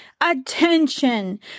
attention